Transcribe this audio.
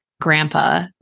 grandpa